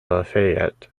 lafayette